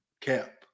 cap